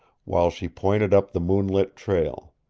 while she pointed up the moonlit trail.